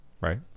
right